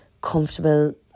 comfortable